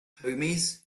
homies